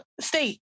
state